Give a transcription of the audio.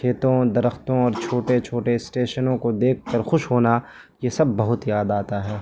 کھیتوں درختوں اور چھوٹے چھوٹے اسٹیشنوں کو دیکھ کر خوش ہونا یہ سب بہت یاد آتا ہے